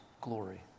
glory